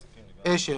(10)